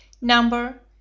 Number